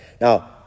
Now